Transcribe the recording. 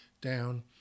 down